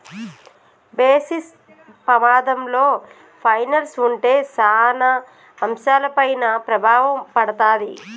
basis పమాధంలో పైనల్స్ ఉంటే సాన అంశాలపైన ప్రభావం పడతాది